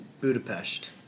Budapest